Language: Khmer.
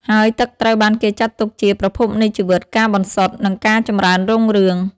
ហើយទឹកត្រូវបានគេចាត់ទុកជា ប្រភពនៃជីវិត ការបន្សុទ្ធ និងការចម្រើនរុងរឿង។